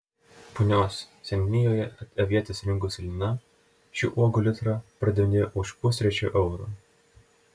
punios seniūnijoje avietes rinkusi lina šių uogų litrą pardavinėjo už pustrečio euro